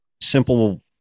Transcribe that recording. simple